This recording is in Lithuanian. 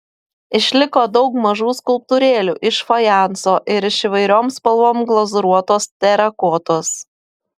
išliko daug mažų skulptūrėlių iš fajanso ir iš įvairiom spalvom glazūruotos terakotos